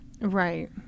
Right